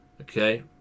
Okay